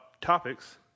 topics